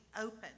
open